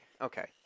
Okay